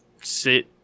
sit